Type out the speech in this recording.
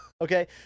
okay